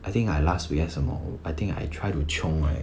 I think like last week 还是什么 I think I try to chiong eh